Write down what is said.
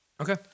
Okay